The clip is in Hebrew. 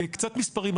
קצת מספרים,